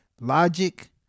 Logic